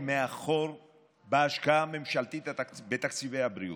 מאחור בהשקעה הממשלתית בתקציבי הבריאות.